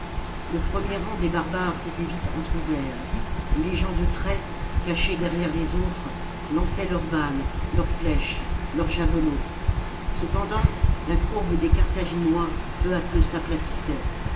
le premier rang des barbares s'était vite entr'ouvert et les gens de trait cachés derrière les autres lançaient leurs balles leurs flèches leurs javelots cependant la courbe des carthaginois peu à peu s'aplatissait